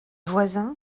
voisin